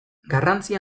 garrantzia